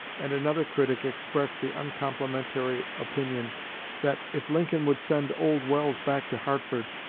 and another critic expressed the uncomplimentary opinion that if lincoln would send old welles back to hartford,